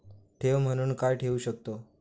ठेव म्हणून काय ठेवू शकताव?